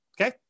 Okay